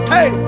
Hey